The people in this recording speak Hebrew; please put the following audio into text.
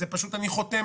פשוט אני חותם